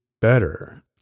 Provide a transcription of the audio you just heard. better